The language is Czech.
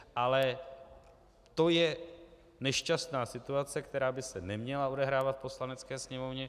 Ale to je nešťastná situace, která by se neměla odehrávat v Poslanecké sněmovně.